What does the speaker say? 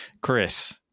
Chris